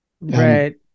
Right